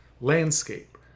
landscape